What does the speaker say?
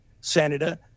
Senator